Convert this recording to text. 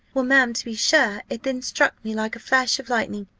well, ma'am, to be sure, it then struck me like a flash of lightning,